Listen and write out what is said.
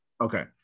okay